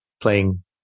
playing